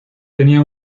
tenía